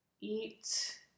eat